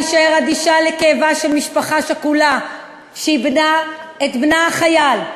להישאר אדישה לכאבה של משפחה שכולה שאיבדה את בנה החייל,